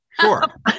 Sure